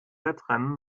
wettrennen